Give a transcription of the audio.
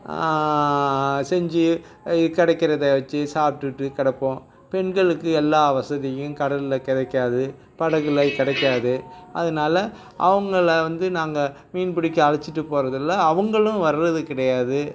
செஞ்சு கிடைக்கறத வச்சு சாப்பிட்டுட்டு கிடப்போம் பெண்களுக்கு எல்லா வசதியும் கடல்ல கிடைக்காது படகில் கிடைக்காது அதனால அவங்கள வந்து நாங்கள் மீன் பிடிக்க அழைச்சிட்டு போகிறது இல்லை அவங்களும் வர்றது கிடையாது